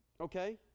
Okay